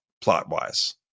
plot-wise